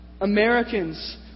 Americans